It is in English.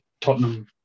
Tottenham